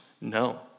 No